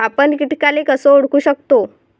आपन कीटकाले कस ओळखू शकतो?